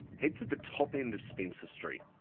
head to the top end of spencer street,